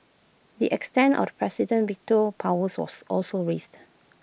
the extent of the president's veto powers was also raised